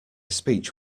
speech